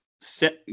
set